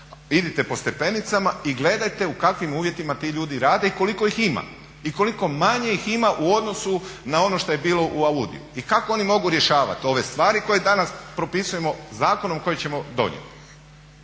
idite po stepenicama i gledajte u kakvim uvjetima ti ljudi rade i koliko ih ima. I koliko manje ih ima u odnosu na ono što je bilo u AUDI-u. I kako oni mogu rješavati ove stvari koje danas propisujemo zakonom koji ćemo donijeti.